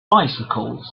bicycles